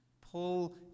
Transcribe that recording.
Paul